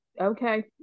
okay